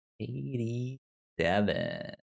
Eighty-seven